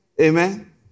Amen